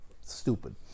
stupid